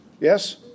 Yes